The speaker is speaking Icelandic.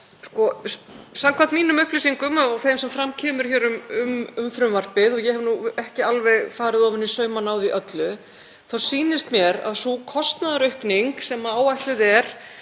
Samkvæmt mínum upplýsingum og þeim sem fram koma hér um frumvarpið, ég hef nú ekki alveg farið ofan í saumana á því öllu, þá sýnist mér að sú kostnaðaraukning sem áætluð er